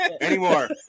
anymore